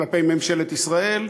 כלפי ממשלת ישראל,